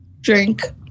Drink